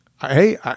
Hey